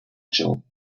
residential